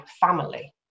family